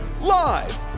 Live